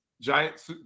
giant